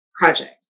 project